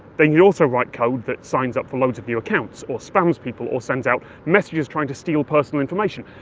then you can also write code that signs up for loads of new accounts. or spams people. or sends out messages trying to steal personal information.